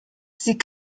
sie